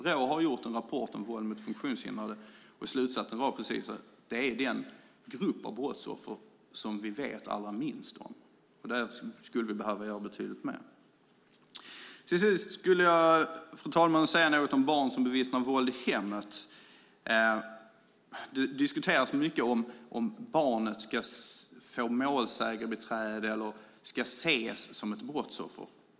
Brå har gjort en rapport om våld mot funktionshindrade, och slutsatsen var att det är den grupp av brottsoffer som vi vet allra minst om. Där skulle vi behöva göra betydligt mer. Till sist skulle jag, fru talman, vilja säga något om barn som bevittnar våld i hemmet. Det diskuteras mycket om barnet ska få målsägarbiträde eller ska ses som ett brottsoffer.